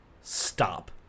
stop